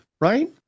right